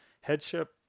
headship